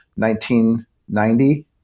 1990